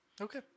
Okay